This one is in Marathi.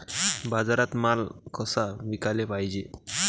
बाजारात माल कसा विकाले पायजे?